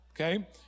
okay